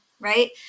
right